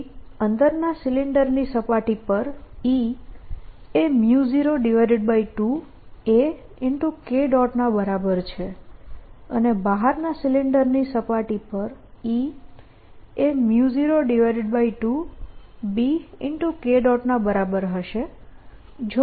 તેથી અંદરના સિલિન્ડરની સપાટી પર E એ 02aK ના બરાબર છે અને બહારના સિલિન્ડરની સપાટી પર E એ 02bK ના બરાબર હશે